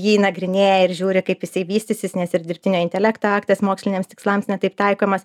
jį nagrinėja ir žiūri kaip jisai vystysis nes ir dirbtinio intelekto aktas moksliniams tikslams ne taip taikomas